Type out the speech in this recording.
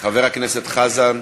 חבר הכנסת חזן.